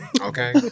Okay